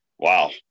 Wow